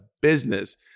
business